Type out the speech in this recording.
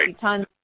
tons